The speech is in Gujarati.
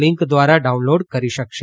લિંક દ્વારા ડાઉનલોડ કરી શકશે